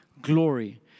glory